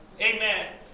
Amen